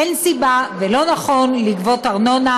אין סיבה ולא נכון לגבות ארנונה,